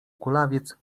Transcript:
kulawiec